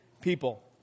people